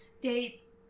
dates